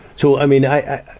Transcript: so, i mean i,